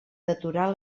deturar